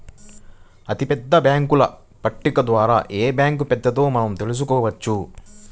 అతిపెద్ద బ్యేంకుల పట్టిక ద్వారా ఏ బ్యాంక్ పెద్దదో మనం తెలుసుకోవచ్చు